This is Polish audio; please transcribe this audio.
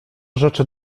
rzeczy